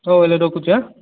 ହଉ ହେଲେ ରଖୁଛି